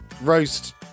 roast